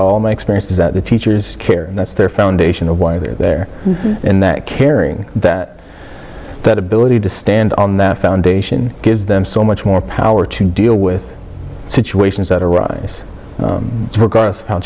all my experience is that the teachers care and that's their foundation of why they're there and that caring that that ability to stand on their foundation gives them so much more power to deal with situations that arise regardless